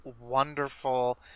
wonderful